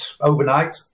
overnight